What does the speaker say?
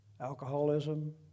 alcoholism